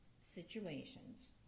situations